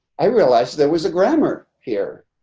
i realized there was a grammar here,